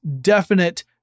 definite